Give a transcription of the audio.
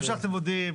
גם שלחתי מודיעין,